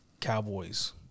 Cowboys